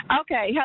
okay